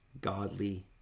godly